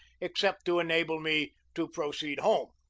except to enable me to proceed home.